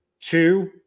Two